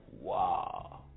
wow